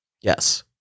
yes